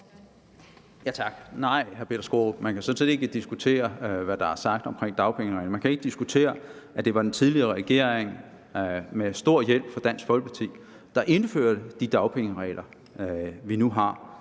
vil sige til hr. Peter Skaarup: Nej, man kan sådan set ikke diskutere, hvad der er sagt om dagpengereglerne. Man kan ikke diskutere, at det var den tidligere regering, der med stor hjælp fra Dansk Folkeparti indførte de dagpengeregler, vi nu har.